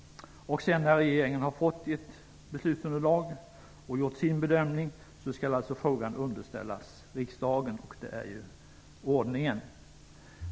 När regeringen har fått ett beslutsunderlag och gjort sin bedömning skall alltså frågan underställas riksdagen - det är ordningen.